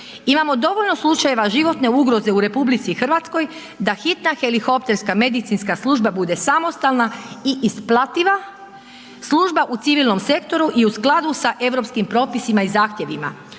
Imamo dovoljno slučajeva životne ugroze u RH da hitna helikopterska medicinska služba bude samostalna i isplativa služba u civilnom sektoru i u skladu sa europskim propisima i zahtjevima.